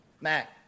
Mac